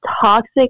toxic